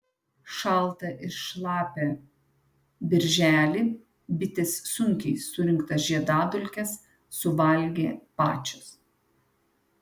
šaltą ir šlapią birželį bitės sunkiai surinktas žiedadulkes suvalgė pačios